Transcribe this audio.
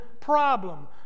problem